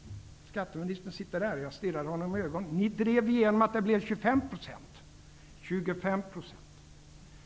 -- skatteministern sitter där och jag stirrar honom i ögonen -- att den skulle vara 25 %.